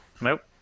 Nope